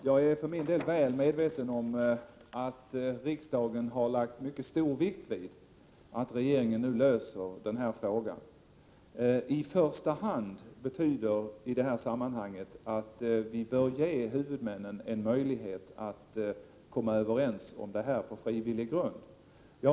Herr talman! Jag är väl medveten om att riksdagen har lagt mycket stor vikt vid att regeringen nu löser detta problem. Uttrycket ”i första hand” betyder i detta sammanhang att vi bör ge huvudmännen en möjlighet att komma överens om detta på frivillig grund.